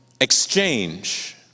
exchange